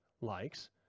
likes